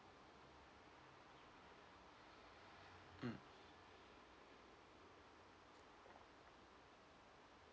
mm